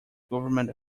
government